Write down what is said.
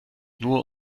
nur